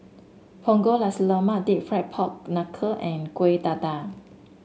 Punggol Nasi Lemak deep fried Pork Knuckle and Kueh Dadar